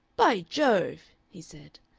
by jove! he said,